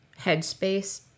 headspace